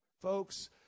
Folks